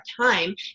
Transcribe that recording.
time